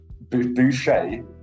Boucher